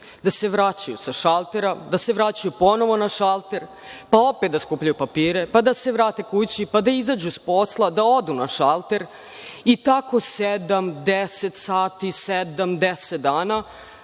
da se vraćaju sa šaltera, da se vraćaju ponovo na šalter, pa opet da skupljaju papire, pa da se vrate kući, pa da izađu sa posla da odu na šalter i tako sedam, deset sati,